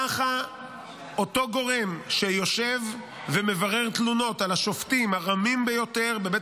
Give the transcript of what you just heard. ככה אותו גורם שיושב ומברר תלונות על השופטים הרמים ביותר בבית